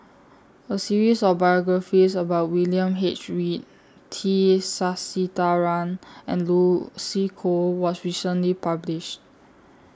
A series of biographies about William H Read T Sasitharan and Lucy Koh was recently published